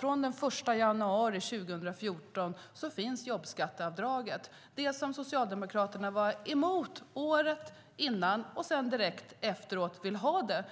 Från den 1 januari 2014 finns jobbskatteavdraget, det som Socialdemokraterna var emot året innan och sedan direkt efteråt ville ha.